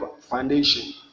foundation